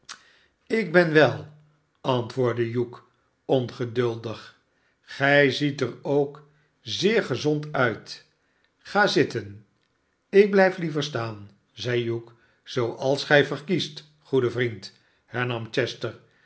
ik ben wel antwoordde hugh ongeduldig gij ziet er ook zeer gezond uit ga zitten ik blijf liever staan zeide hugh szooals gij verkiest goede vriend hernam chester